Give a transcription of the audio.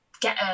get